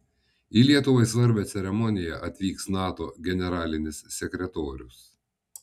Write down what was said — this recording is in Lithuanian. į lietuvai svarbią ceremoniją atvyks nato generalinis sekretorius